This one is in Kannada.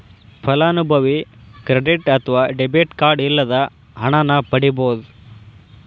ಫಲಾನುಭವಿ ಕ್ರೆಡಿಟ್ ಅತ್ವ ಡೆಬಿಟ್ ಕಾರ್ಡ್ ಇಲ್ಲದ ಹಣನ ಪಡಿಬೋದ್